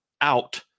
out